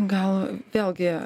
gal vėlgi